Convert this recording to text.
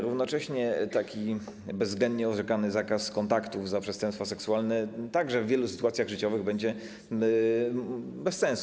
Równocześnie taki bezwzględnie orzekany zakaz kontaktów za przestępstwa seksualne także w wielu sytuacjach życiowych po prostu będzie bez sensu.